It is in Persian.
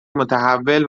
متحول